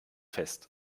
fest